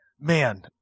man